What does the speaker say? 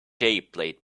played